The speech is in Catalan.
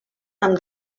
amb